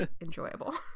enjoyable